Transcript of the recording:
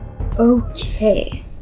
Okay